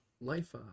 Life